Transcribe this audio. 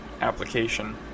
application